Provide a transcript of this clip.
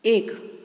एक